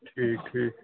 ٹھیٖک ٹھیٖک